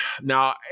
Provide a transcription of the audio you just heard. Now